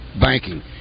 banking